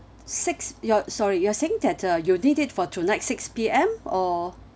six you're sorry you're saying that uh you need it for tonight six P_M or